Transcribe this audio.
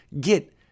Get